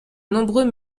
nombreux